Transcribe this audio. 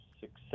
success